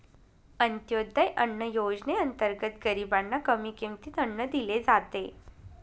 अंत्योदय अन्न योजनेअंतर्गत गरीबांना कमी किमतीत अन्न दिले जाते